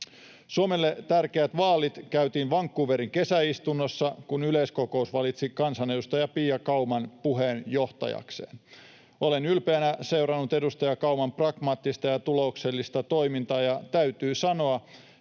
Suomelle tärkeät vaalit käytiin Vancouverin kesäistunnossa, kun yleiskokous valitsi kansanedustaja Pia Kauman puheenjohtajakseen. Olen ylpeänä seurannut edustaja Kauman pragmaattista ja tuloksellista toimintaa, ja täytyy sanoa,